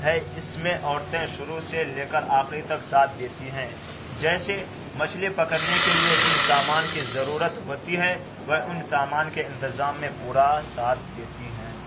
ہے اس میں عورتیں شروع سے لے کر آخری تک ساتھ دیتی ہیں جیسے مچھلی پکڑنے کے لیے جن سامان کی ضرورت ہوتی ہے وہ ان سامان کے انتظام میں پورا ساتھ دیتی ہیں